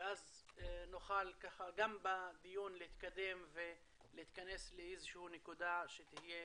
ואז נוכל גם בדיון להתקדם ולהתכנס לאיזה שהיא נקודה שתהיה